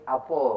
Apo